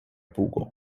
pugo